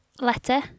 letter